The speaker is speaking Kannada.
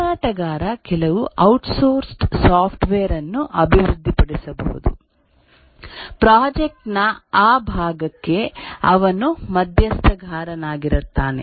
ಮಾರಾಟಗಾರ ಕೆಲವು ಔಟ್ಸೌರ್ಸ್ಡ್ ಸಾಫ್ಟ್ವೇರ್ ಅನ್ನು ಅಭಿವೃದ್ಧಿಪಡಿಸಬಹುದು ಪ್ರಾಜೆಕ್ಟ್ ನ ಆ ಭಾಗಕ್ಕೆ ಅವನು ಮಧ್ಯಸ್ಥಗಾರನಾಗಿರುತ್ತಾನೆ